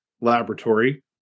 laboratory